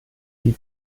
die